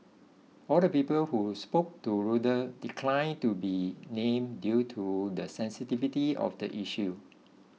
all the people who spoke to Reuter declined to be named due to the sensitivity of the issue